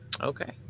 Okay